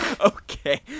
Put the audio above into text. Okay